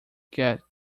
get